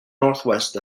northwest